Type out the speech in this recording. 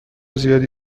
زیادی